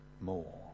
more